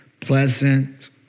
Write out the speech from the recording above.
pleasant